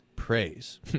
Praise